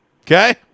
Okay